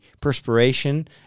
perspiration